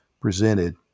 presented